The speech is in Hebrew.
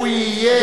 שהוא יהיה לו,